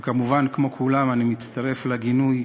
וכמובן, כמו כולם, אני מצטרף לגינוי